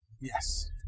Yes